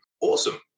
Awesome